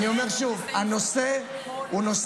אני אומר שוב: הנושא רציני,